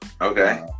Okay